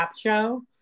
show